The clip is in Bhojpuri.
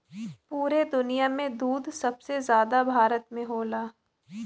पुरे दुनिया में दूध सबसे जादा भारत में होला